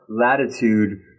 latitude